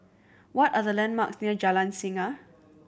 what are the landmarks near Jalan Singa